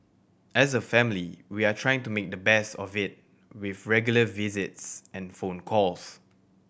as a family we are trying to make the best of it with regular visits and phone calls